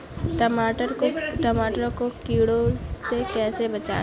टमाटर को कीड़ों से कैसे बचाएँ?